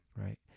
right